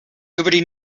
nobody